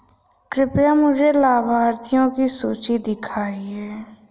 कृपया मुझे लाभार्थियों की सूची दिखाइए